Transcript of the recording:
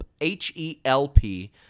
H-E-L-P